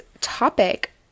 topic